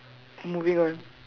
moving on